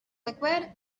liquid